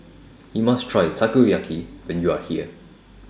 YOU must Try Takoyaki when YOU Are here